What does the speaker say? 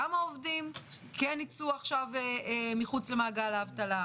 כמה עובדים כן ייצאו מחוץ למעגל האבטלה.